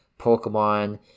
Pokemon